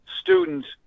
students